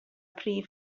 prif